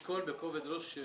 צריכים לשקול בכובד ראש.